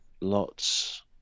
lots